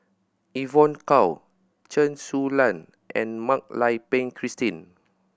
Evon Kow Chen Su Lan and Mak Lai Peng Christine